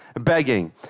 begging